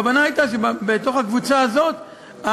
הכוונה הייתה שבתוך הקבוצה הזאת,